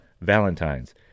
Valentine's